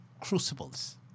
crucibles